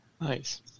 Nice